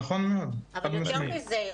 נכון מאוד, חד משמעי.